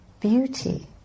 beauty